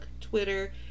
Twitter